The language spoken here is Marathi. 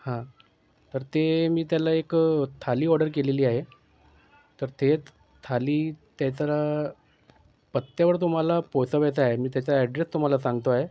हां तर ते मी त्याला एक थाळी ऑर्डर केलेली आहे तर ते थाळी ते जरा पत्त्यावर तुम्हाला पोचवायचं आहे मी त्याचा ॲड्रेस तुम्हाला सांगतो आहे